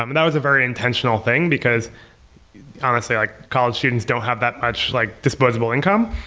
um and that was a very intentional thing, because honestly, like college students don't have that much like disposable income.